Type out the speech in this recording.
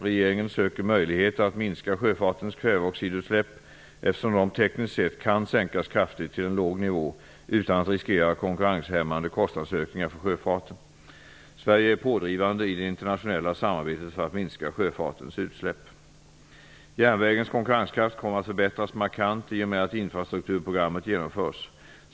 Regeringen söker möjligheter att minska sjöfartens kväveoxidutsläpp, eftersom de tekniskt sett kan minskas kraftigt till en låg kostnad utan att riskera konkurrenshämmande kostnadsökningar för sjöfarten. Sverige är pådrivande i det internationella samarbetet för att minska sjöfartens utsläpp. Järnvägens konkurrenskraft kommer att förbättras markant i och med att infrastrukturprogrammet genomförs.